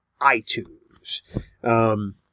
iTunes